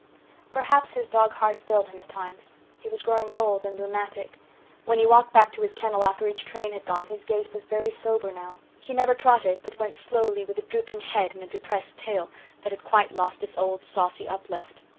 perhaps his dog-heart failed him at times he was growing old and rheumatic when he walked back to his kennel after each train had gone his gait was very sober now he never trotted but went slowly with a drooping head and a depressed tail that had quite lost its old saucy uplift.